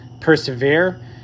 persevere